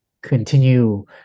continue